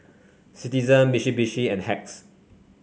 Citizen Mitsubishi and Hacks